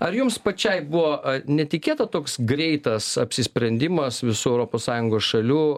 ar jums pačiai buvo netikėta toks greitas apsisprendimas visų europos sąjungos šalių